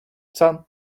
sunlight